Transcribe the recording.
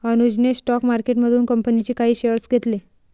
अनुजने स्टॉक मार्केटमधून कंपनीचे काही शेअर्स घेतले